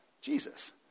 Jesus